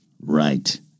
right